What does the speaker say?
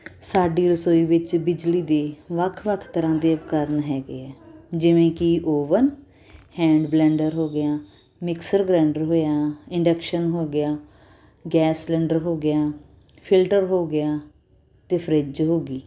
ਸਾਡੀ ਰਸੋਈ ਵਿੱਚ ਬਿਜਲੀ ਦੇ ਵੱਖ ਵੱਖ ਤਰ੍ਹਾਂ ਦੇ ਉਪਕਰਨ ਹੈਗੇ ਹੈ ਜਿਵੇਂ ਕਿ ਓਵਨ ਹੈਂਡ ਬਲੈਂਡਰ ਹੋ ਗਿਆ ਮਿਕਸਰ ਗਰੈਂਡਰ ਹੋਇਆ ਇੰਡਕਸ਼ਨ ਹੋ ਗਿਆ ਗੈਸ ਸਲੰਡਰ ਹੋ ਗਿਆ ਫਿਲਟਰ ਹੋ ਗਿਆ ਅਤੇ ਫਰਿਜ ਹੋ ਗਈ